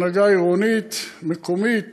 הנהגה עירונית מקומית